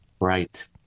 Right